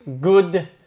Good